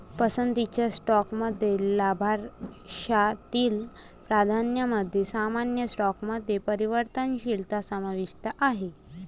पसंतीच्या स्टॉकमध्ये लाभांशातील प्राधान्यामध्ये सामान्य स्टॉकमध्ये परिवर्तनशीलता समाविष्ट आहे